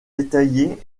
détaillées